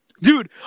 Dude